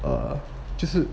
err 就是